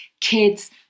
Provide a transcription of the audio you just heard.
kids